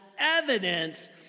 evidence